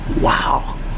Wow